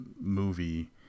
movie